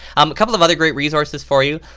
um a couple of other great resources for you,